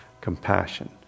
compassion